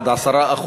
עד 10%,